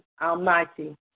Almighty